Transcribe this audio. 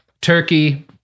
turkey